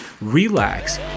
relax